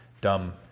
dumb